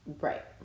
right